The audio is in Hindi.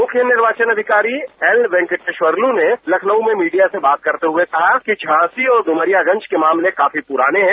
मुख्य निर्वाचन अधिकारी एल वेंकटेश्वरलू ने लखनऊ में मीडिया से बात करते हुए कहा कि झांसी और डुमरियागंज के मामले काफी पुराने हैं